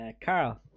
Carl